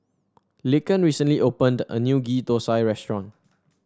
Laken recently opened a new Ghee Thosai restaurant